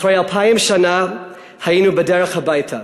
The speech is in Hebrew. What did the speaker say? אחרי אלפיים שנה היינו בדרך הביתה,